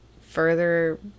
further